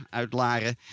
uitlaren